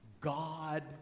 God